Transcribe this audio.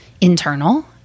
internal